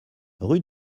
rue